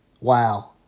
Wow